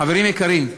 חברים יקרים,